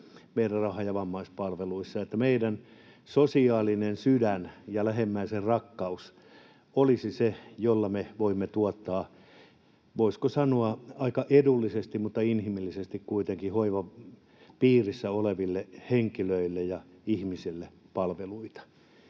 Kyllä!] ja vammaispalveluissa, niin että meidän sosiaalinen sydän ja lähimmäisenrakkaus olisivat ne, joilla me voimme tuottaa, voisiko sanoa, aika edullisesti mutta kuitenkin inhimillisesti hoivan piirissä oleville henkilöille ja ihmisille palveluita.